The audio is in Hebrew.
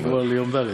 הנה הגעתי כבר ליום ד'.